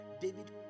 David